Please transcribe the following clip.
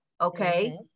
Okay